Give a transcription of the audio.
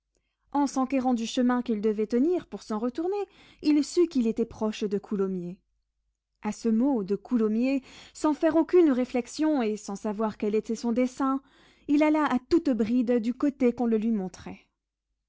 en s'enquérant du chemin qu'il devait tenir pour s'en retourner il sut qu'il était proche de coulommiers a ce mot de coulommiers sans faire aucune réflexion et sans savoir quel était son dessein il alla à toute bride du côté qu'on le lui montrait